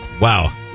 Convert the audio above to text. Wow